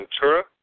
Ventura